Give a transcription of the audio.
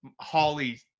holly